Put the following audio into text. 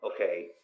okay